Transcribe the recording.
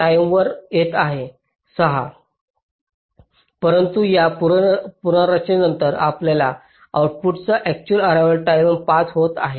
टाईमवर येत आहे 6 परंतु या पुनर्रचनेनंतर आपल्या आउटपुटचा अक्चुअल अर्रेवाल टाईम 5 होत आहे